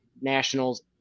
Nationals